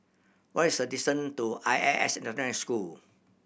what is the distance to I S S International School